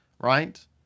right